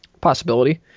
possibility